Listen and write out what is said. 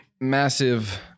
massive